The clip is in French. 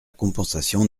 compensation